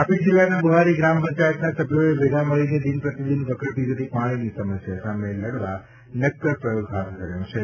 તાપી જિલ્લાના બુહારી ગ્રામ પંચાયતના સભ્યોએ ભેગા મળીને દિનપ્રતિદિન વકરતી જતી પાણીની સમસ્યા સામે લડવા નક્કર પ્રયોગ હાથ ધર્યો છે